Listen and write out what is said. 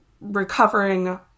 recovering